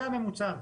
זה הממוצע הארצי.